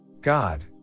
God